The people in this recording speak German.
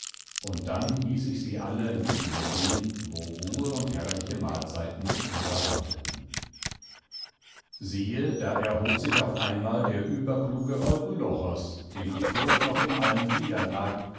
und dann hieß ich sie alle mit mir gehen wo ruhe und herrliche mahlzeiten ihrer warteten siehe da erhob sich auf einmal der überkluge eurylochos dem die furcht noch in allen gliedern lag